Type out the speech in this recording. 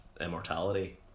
immortality